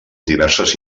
diverses